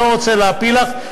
אני לא רוצה להפיל לך.